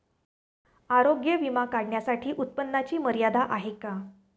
आरोग्य विमा काढण्यासाठी उत्पन्नाची मर्यादा आहे का?